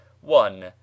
One